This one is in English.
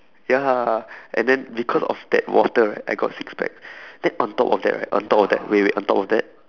ya and then because of that water right I got six pack then on top of that right on top of that wait wait on top of that